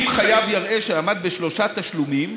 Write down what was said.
אם חייב יראה שעמד בשלושה תשלומים,